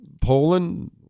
Poland